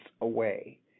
away